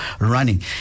running